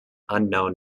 unknown